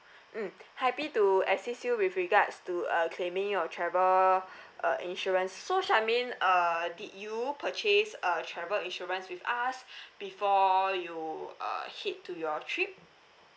mm happy to assist you with regards to uh claiming your travel uh insurance so charmaine uh did you purchase a travel insurance with us before you uh head to your trip